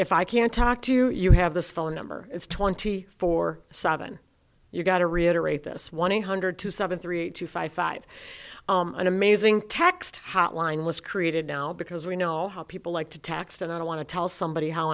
if i can't talk to you you have this phone number it's twenty four seven you've got to reiterate this one eight hundred two seven three two five five an amazing text hotline was created now because we know how people like to text and i don't want to tell somebody how